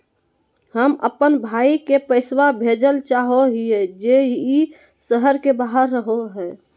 हम अप्पन भाई के पैसवा भेजल चाहो हिअइ जे ई शहर के बाहर रहो है